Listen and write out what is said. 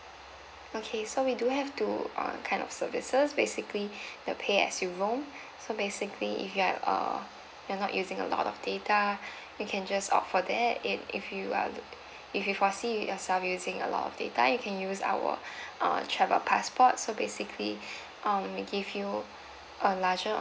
okay so we do have two uh kind of services basically the pay as you roam so basically if you are uh you're not using a lot of data you can just opt for that it if you are look if you foresee yourself using a lot of data you can use our uh travel passport so basically um we give you a larger